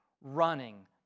running